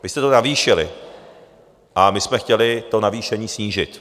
Vy jste to navýšili a my jsme chtěli to navýšení snížit.